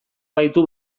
baitu